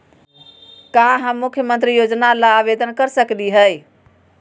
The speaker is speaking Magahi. का हम मुख्यमंत्री योजना ला आवेदन कर सकली हई?